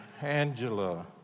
Angela